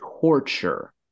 torture